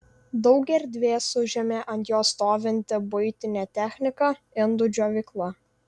daug erdvės užėmė ant jo stovinti buitinė technika indų džiovykla